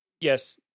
yes